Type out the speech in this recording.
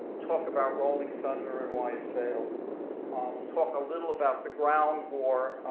talk about rolling thunder and why it failed um talk a little about the ground war,